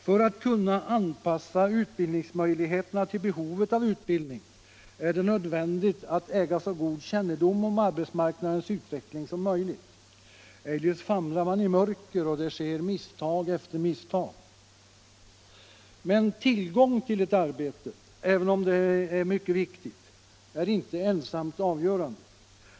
För att kunna anpassa utbildningsmöjligheterna till behovet av utbildning är det nödvändigt att äga så god kännedom om arbetsmarknadens utveckling som möjligt. Eljest famlar man i mörker och det sker misstag efter misstag. Men tillgång till ett arbete — även om det är mycket viktigt — är inte ensamt avgörande.